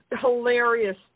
hilarious